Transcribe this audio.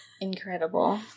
Incredible